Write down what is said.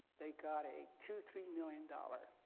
got a two three million dollars